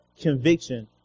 conviction